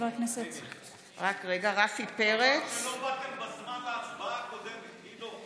(קוראת בשמות חברי הכנסת)